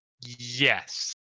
Yes